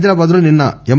హైదరాబాద్ లో నిన్న ఎమ్